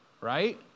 Right